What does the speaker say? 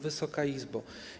Wysoka Izbo!